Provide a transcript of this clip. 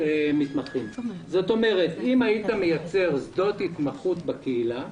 זאת אומרת, אם היית מייצר שדות התמחות בקהילה,